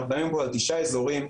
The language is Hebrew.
אנחנו מדברים על תשעה אזורים,